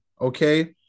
okay